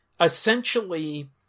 essentially